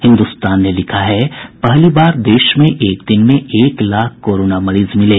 हिन्दुस्तान ने लिखा है पहली बार देश में एक दिन में एक लाख कोरोना मरीज मिले